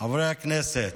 חברי הכנסת,